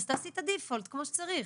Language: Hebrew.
אז תעשי את ה-default כמו שצריך.